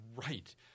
right